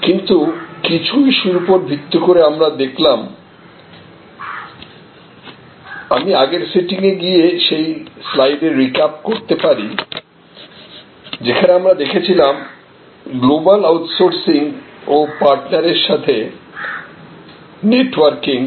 কিন্তু কিছু ইস্যুর উপর ভিত্তি করে আমরা দেখলাম আমি আগের সেটিং এ গিয়ে সেই স্লাইডের রিক্যাপ করতে পারি যেখানে আমরা দেখেছিলাম গ্লোবাল আউটসোর্সিং ও পার্টনার এর সাথে নেটওয়ার্কিং